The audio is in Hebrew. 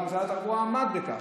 ומשרד התחבורה עמד בכך.